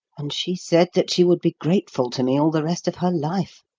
and she said that she would be grateful to me all the rest of her life!